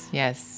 yes